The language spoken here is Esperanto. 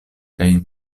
kaj